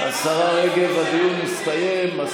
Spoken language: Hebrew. השרה רגב, הדיון הסתיים.